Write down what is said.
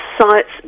sites